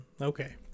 okay